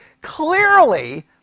clearly